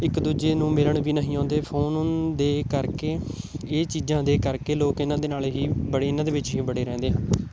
ਇੱਕ ਦੂਜੇ ਨੂੰ ਮਿਲਣ ਵੀ ਨਹੀਂ ਆਉਂਦੇ ਫੋਨ ਦੇ ਕਰਕੇ ਇਹ ਚੀਜ਼ਾਂ ਦੇ ਕਰਕੇ ਲੋਕ ਇਹਨਾਂ ਦੇ ਨਾਲ ਹੀ ਵੜੇ ਇਹਨਾਂ ਦੇ ਵਿੱਚ ਹੀ ਵੜੇ ਰਹਿੰਦੇ ਹਨ